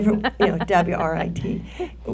W-R-I-T